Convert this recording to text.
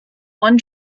one